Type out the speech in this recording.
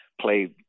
play